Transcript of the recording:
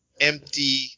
empty